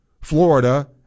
Florida